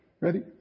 Ready